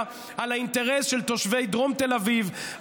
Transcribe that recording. על האינטרס של תושבי דרום תל אביב,